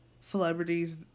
celebrities